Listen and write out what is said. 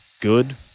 good